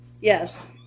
Yes